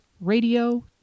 Radio